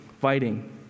fighting